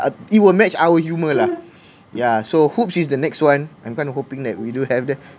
uh it will match our humour lah yeah so hoops is the next one I'm kind of hoping that we do have that